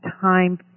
time